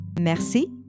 Merci